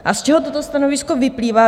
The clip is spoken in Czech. A z čeho toto stanovisko vyplývá?